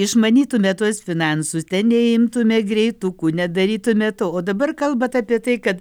išmanytume tuos finansus neimtume greitukų nedarytume to o dabar kalbat apie tai kad